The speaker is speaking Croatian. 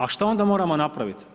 A što onda moramo napravit?